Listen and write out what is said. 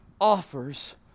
offers